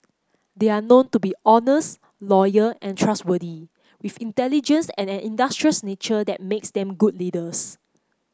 they are known to be honest loyal and trustworthy with intelligence and an industrious nature that makes them good leaders